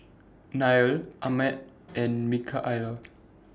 Nelia Ahmed and Micaela